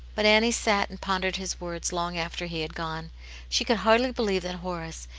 but annie sat and pondered his words long after he had gone she could hardly believe that horace,